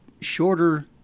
shorter